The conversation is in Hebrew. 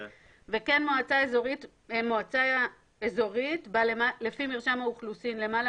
וכן מועצה אזורית בה לפי מרשם האוכלוסין למעלה